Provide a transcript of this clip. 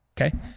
Okay